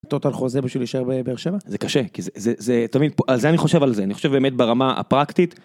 טוטל חוזה בשביל להישאר בבאר שבע? זה קשה כי זה זה תמיד פה אז אני חושב על זה אני חושב באמת ברמה הפרקטית.